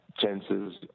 chances